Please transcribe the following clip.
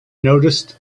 noticed